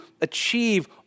achieve